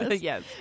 Yes